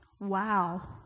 Wow